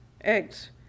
eggs